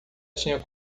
tinha